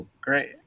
Great